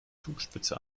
zugspitze